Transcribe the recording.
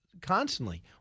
constantly